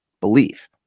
belief